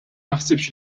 naħsibx